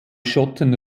schotten